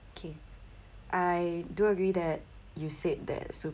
kay I do agree that you said that